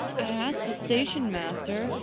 i asked the station-master.